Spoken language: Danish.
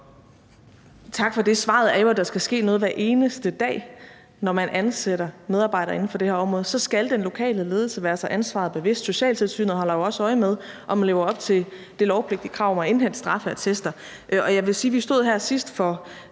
Tak for det. Svaret er jo, at der skal ske noget hver eneste dag. Når man ansætter medarbejdere inden for det her område, skal den lokale ledelse være sig ansvaret bevidst. Socialtilsynet holder jo også øje med, om man lever op til det lovpligtige krav om at indhente straffeattester. Og jeg vil sige, at vi stod her sidst i